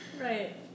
right